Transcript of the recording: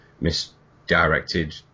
misdirected